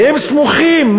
והם סמוכים,